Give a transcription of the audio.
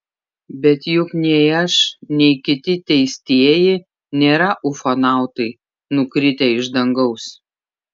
bet juk nei aš nei kiti teistieji nėra ufonautai nukritę iš dangaus